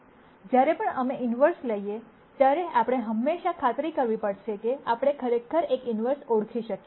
જ્યારે પણ અમે ઈન્વર્સ લઈએ ત્યારે આપણે હંમેશાં ખાતરી કરવી પડશે કે આપણે ખરેખર એક ઈન્વર્સ ઓળખી શકીએ